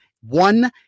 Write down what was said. one